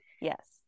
yes